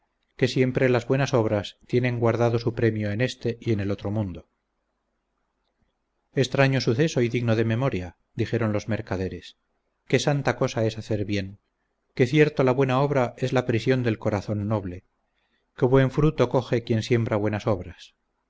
que siempre las buenas obras tienen guardado su premio en este y en el otro mundo extraño suceso y digno de memoria dijeron los mercaderes qué santa cosa es hacer bien qué cierto la buena obra es la prisión del corazón noble qué buen fruto coge quien siembra buenas obras